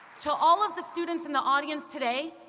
to all of the students in the audience today,